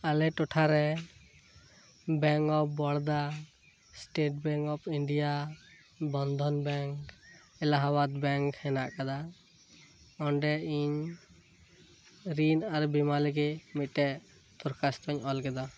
ᱟᱞᱮ ᱴᱚᱴᱷᱟᱨᱮ bank of Baroda state bank of India Bandhan bank Allahabad bank ᱦᱮᱱᱟᱜ ᱟᱠᱟᱫᱟ ᱚᱸᱰᱮ ᱤᱧ ᱨᱤᱱ ᱟᱨ ᱵᱤᱢᱟᱹ ᱞᱟᱹᱜᱤᱫ ᱢᱤᱫᱴᱮᱱ ᱫᱚᱨᱠᱷᱟᱥᱛᱚᱧ ᱚᱞ ᱠᱮᱫᱟ